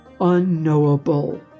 unknowable